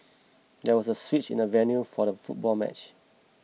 there was a switch in the venue for the football match